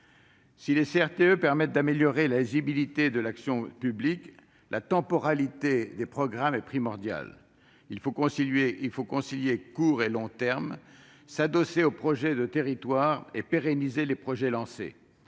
Si les CRTE permettent d'améliorer la lisibilité de l'action publique, la temporalité des programmes est primordiale. Il faut concilier court et long termes, s'adosser aux projets de territoire et pérenniser les projets lancés.